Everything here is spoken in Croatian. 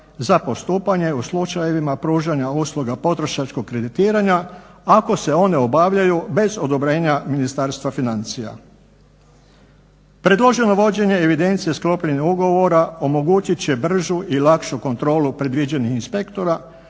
za postupanje u slučajevima pružanja usluga potrošačkog kreditiranja, ako se one obavljaju bez odobrenja Ministarstva financija. Predloženo vođenje evidencije sklopljenih ugovora omogućit će bržu i lakšu kontrolu predviđenih inspektora